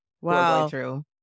Wow